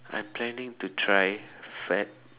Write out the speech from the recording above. I'm planning to try Fat